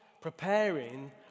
Preparing